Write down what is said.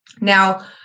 now